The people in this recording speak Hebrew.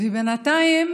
ובינתיים